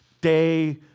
day